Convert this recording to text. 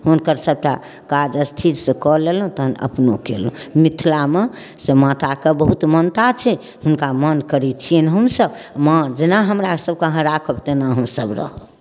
हुनकर सभटा काज स्थिरसँ कऽ लेलहुँ तखन अपनो कयलहुँ मिथिलामे से माताके बहुत मान्यता छै हुनका मान करै छियनि हमसभ माँ जेना हमरासभके अहाँ राखब तेना हमसभ रहब